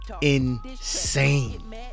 insane